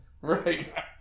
right